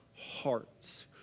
hearts